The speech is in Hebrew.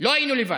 לא היינו לבד.